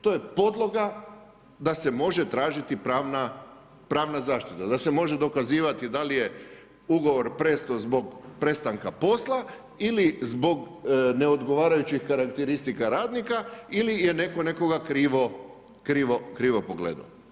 To je podloga da se može tražiti pravna zaštita, da se može dokazivati da li je ugovor prestao zbog prestanka posla, ili zbog neodgovarajućeg karakteristika radnika, ili je netko nekoga krivo pogledao.